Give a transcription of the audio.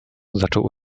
zaczął